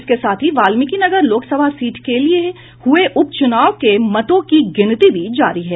इसके साथ ही वाल्मिकी नगर लोकसभा सीट के लिए हुए उपचुनाव के मतों की गिनती भी जारी है